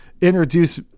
introduce